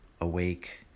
awake